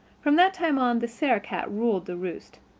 from that time on the sarah-cat ruled the roost.